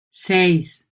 seis